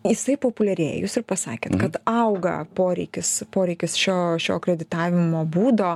jisai populiarėja jūs ir pasakėt kad auga poreikis poreikis šio šio kreditavimo būdo